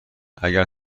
اگر